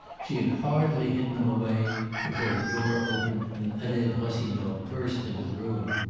she had hardly hidden them away before the door opened and adele rossignol burst into the room.